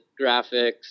Graphics